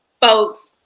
folks